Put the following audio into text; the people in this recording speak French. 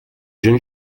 jeune